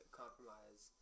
compromise